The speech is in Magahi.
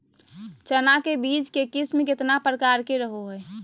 चना के बीज के किस्म कितना प्रकार के रहो हय?